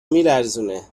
میلرزونه